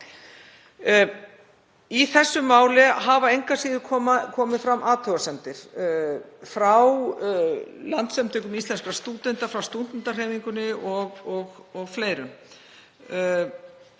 Í þessu máli hafa engu að síður komið fram athugasemdir frá Landssamtökum íslenskra stúdenta, frá stúdentahreyfingunni og fleirum.